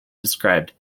described